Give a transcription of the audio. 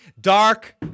Dark